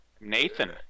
nathan